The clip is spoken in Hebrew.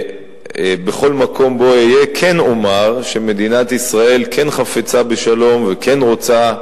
בכל מקום בו אהיה כן אומר שמדינת ישראל כן חפצה בשלום וכן רוצה,